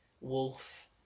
wolf